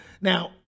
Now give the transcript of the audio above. now